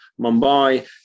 Mumbai